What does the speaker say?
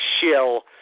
shill